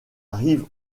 rive